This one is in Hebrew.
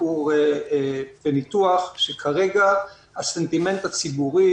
ביקור לניתוח שכרגע הסנטימנט הציבורי